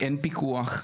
אין פיקוח.